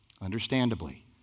understandably